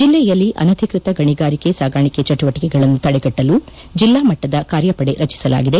ಜಿಲ್ಲೆಯಲ್ಲಿ ಅನದಿಕೃತ ಗಣಿಗಾರಿಕೆ ಸಾಗಾಣಿಕೆ ಚಟುವಟಿಕೆಗಳನ್ನು ತಡೆಗಟ್ಟಲು ಜಿಲ್ಲಾ ಮಟ್ಟದ ಕಾರ್ಯಪದೆ ರಚಿಸಲಾಗಿದೆ